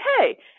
okay